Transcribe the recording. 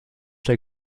der